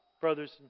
brothers